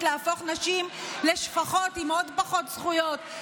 להפוך נשים לשפחות עם עוד פחות זכויות,